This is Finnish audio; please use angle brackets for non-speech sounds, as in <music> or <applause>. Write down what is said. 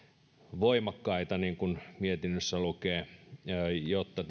voimakkaita niin kuin mietinnössä lukee jotta <unintelligible>